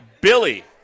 Billy